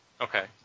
Okay